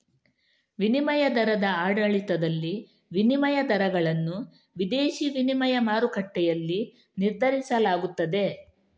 ವಿನಿಮಯ ದರದ ಆಡಳಿತದಲ್ಲಿ, ವಿನಿಮಯ ದರಗಳನ್ನು ವಿದೇಶಿ ವಿನಿಮಯ ಮಾರುಕಟ್ಟೆಯಲ್ಲಿ ನಿರ್ಧರಿಸಲಾಗುತ್ತದೆ